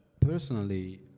Personally